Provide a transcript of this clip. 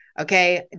Okay